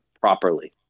properly